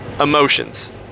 Emotions